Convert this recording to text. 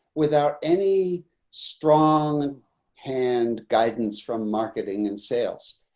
without any strong hand guidance from marketing and sales.